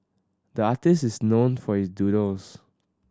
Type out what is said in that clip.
the artist is known for his doodles